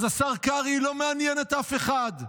אז השר קרעי לא מעניין את אף אחד.